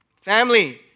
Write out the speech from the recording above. family